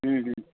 हम्म हम्म